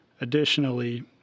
Additionally